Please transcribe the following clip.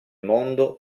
mondo